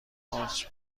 قارچ